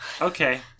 Okay